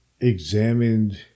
examined